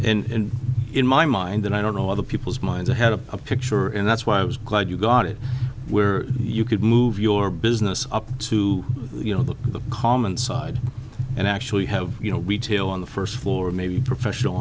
in in my mind that i don't know other people's minds i had a picture and that's why i was glad you got it where you could move your business up to you know the common side and actually have you know retail on the first floor maybe professional